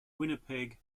winnipeg